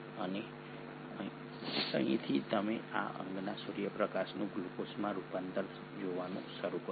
અને અહીંથી જ તમે આ અંગમાં સૂર્યપ્રકાશનું ગ્લુકોઝમાં રૂપાંતર જોવાનું શરૂ કરો છો